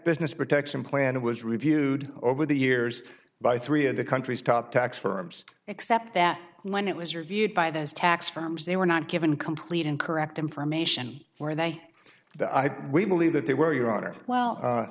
business protection plan was reviewed over the years by three of the country's top tax firms except that when it was reviewed by those tax firms they were not given complete incorrect information more than that i believe that they were your honor well